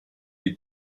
die